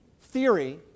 theory